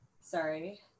sorry